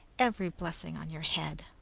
every blessing on your head!